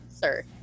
sir